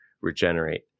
regenerate